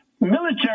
military